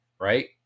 right